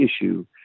issue